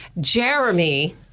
Jeremy